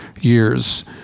years